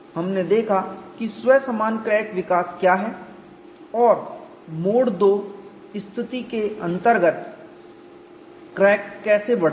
हमने देखा कि स्वसमान क्रैक विकास क्या है और मोड II स्थिति के अंतर्गत क्रैक कैसे बढ़ता है